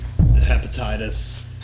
hepatitis